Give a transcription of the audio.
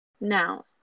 Now